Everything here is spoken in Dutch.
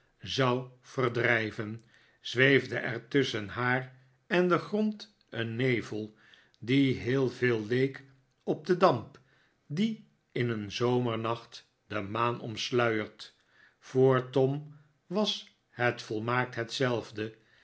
zou verdrijven zweefde er tusschen haar en den grond een nevel die heel veel leek op den damp die in een zomernacht de maan omsluiert voor tom was het volmaakt hetzelfde